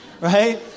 Right